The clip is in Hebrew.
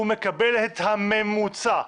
הוא מקבל את הממוצע.